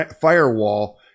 Firewall